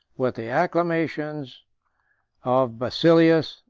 with the acclamations of basileus,